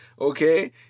okay